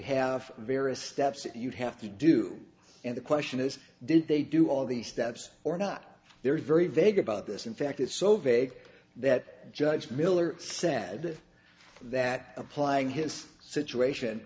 have various steps that you have to do and the question is did they do all these steps or not they're very vague about this in fact it's so vague that judge miller said that that applying his situation